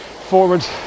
forwards